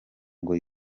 ngo